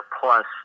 plus